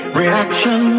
reaction